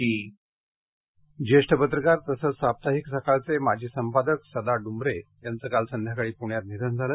निधन सदा डुंबरे ज्येष्ठ पत्रकार तसंच साप्ताहिक सकाळचे माजी संपादक सदा डुंबरे यांचं काल संध्याकाळी पुण्यात निधन झालं